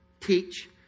teach